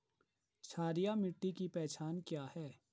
क्षारीय मिट्टी की पहचान क्या है?